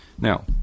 Now